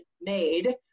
made